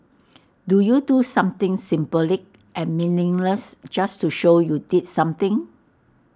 do you do something symbolic and meaningless just to show you did something